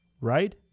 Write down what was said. right